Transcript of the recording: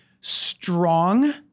strong